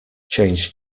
change